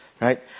right